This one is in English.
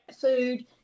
food